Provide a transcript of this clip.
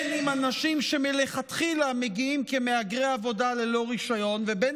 אם אנשים שמלכתחילה מגיעים כמהגרי עבודה ללא רישיון ואם